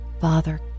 father